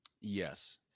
Yes